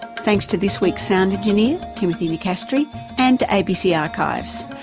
thanks to this week's sound engineer, timothy nicastri and to abc archives.